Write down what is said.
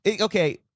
Okay